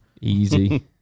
Easy